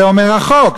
את זה אומר החוק.